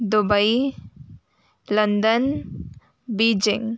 Dubai London Beijing